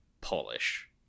polish